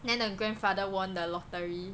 then the grandfather won the lottery